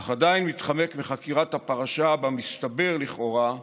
אך עדיין מתחמק מחקירת הפרשה שבה מסתבר, לכאורה,